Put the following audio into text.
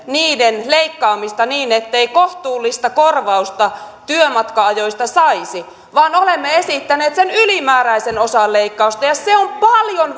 niiden leikkaamista niin ettei kohtuullista korvausta työmatka ajoista saisi vaan olemme esittäneet sen ylimääräisen osan leikkausta ja se on paljon